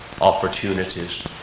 opportunities